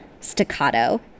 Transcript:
staccato